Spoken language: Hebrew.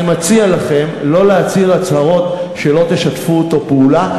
אני מציע לכם לא להצהיר הצהרות שלא תשתפו אתו פעולה,